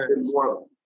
more